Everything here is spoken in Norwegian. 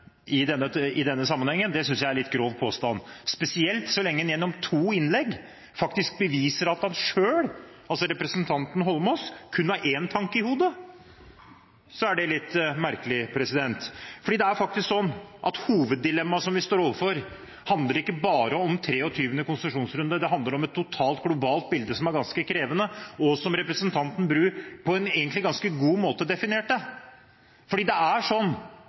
i denne sammenhengen, synes jeg er en litt grov påstand, spesielt så lenge en gjennom to innlegg faktisk beviser at en selv, altså representanten Eidsvoll Holmås, kun har én tanke i hodet. Det er litt merkelig. Det er faktisk sånn at hoveddilemmaet vi står overfor, ikke bare handler om 23. konsesjonsrunde, det handler om et totalt globalt bilde som er ganske krevende, og som representanten Bru egentlig på en ganske god måte